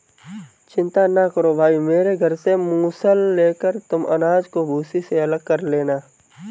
चिंता ना करो भाई मेरे घर से मूसल लेकर तुम अनाज को भूसी से अलग कर लेना